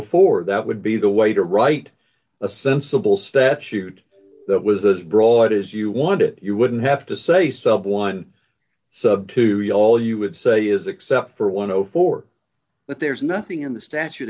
four that would be the way to write a sensible statute that was as broad as you want it you wouldn't have to say sub one sub to you all you would say is except for one over four that there's nothing in the statute